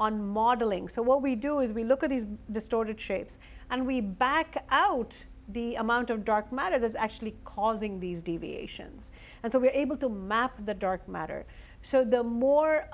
on modeling so what we do is we look at these distorted shapes and we back out the amount of dark matter that's actually causing these deviations and so we're able to map the dark matter so the more